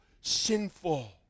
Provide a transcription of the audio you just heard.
sinful